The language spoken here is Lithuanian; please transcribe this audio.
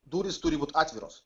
durys turi būt atviros